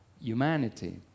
humanity